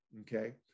okay